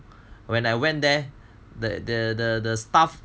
when I went there the the staff